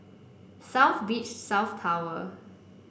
South Beach South Tower